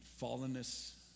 fallenness